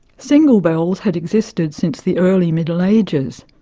single bells had existed since the early middle ages.